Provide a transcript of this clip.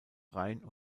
rhein